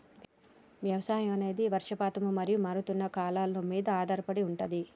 వ్యవసాయం అనేది వర్షపాతం మరియు మారుతున్న కాలాల మీద ఆధారపడి ఉంటది